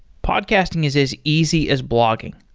podcasting is as easy as blogging.